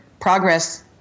progress